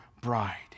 bride